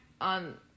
on